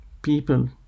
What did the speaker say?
people